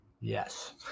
Yes